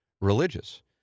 religious